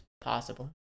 Possible